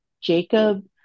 Jacob